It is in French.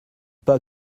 pas